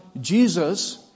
Jesus